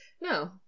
No